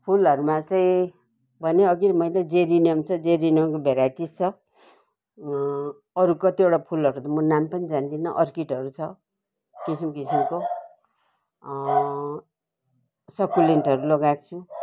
फुलहरूमा चाहिँ भन्यो अघि नै मैले जेरिनियम छ जेरिनियमको भेराइटिज छ अँ अरू कतिवटा फूलहरू त म नाम पनि जान्दिनँ अर्किडहरू छ किसिम किसिमको सकुलेन्टहरू लगाएको छु